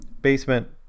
basement